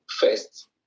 first